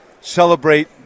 celebrate